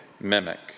mimic